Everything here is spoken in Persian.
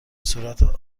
صورت